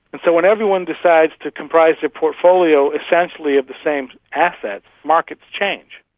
and so when everyone decides to comprise their portfolio essentially of the same assets, markets change.